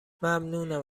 ممنونم